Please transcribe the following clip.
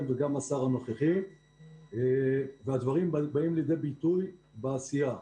וגם השר הנוכחי והדברים באים לידי ביטוי בעשייה.